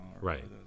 right